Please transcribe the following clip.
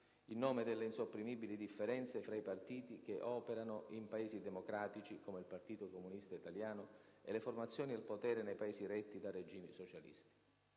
in nome delle insopprimibili differenze fra i partiti che operano in Paesi democratici, come il Partito Comunista Italiano, e le formazioni al potere nei Paesi retti da regimi socialisti.